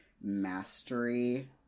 mastery